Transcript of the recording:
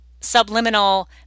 subliminal